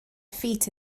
feet